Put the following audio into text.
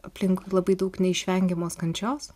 aplink labai daug neišvengiamos kančios